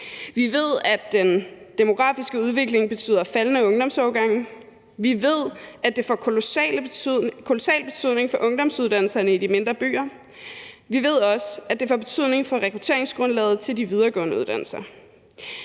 Vi ved, at den demografiske udvikling betyder faldende ungdomsårgange. Vi ved, at det får kolossal betydning for ungdomsuddannelserne i de mindre byer. Vi ved også, at det får betydning for rekrutteringsgrundlaget til de videregående uddannelser.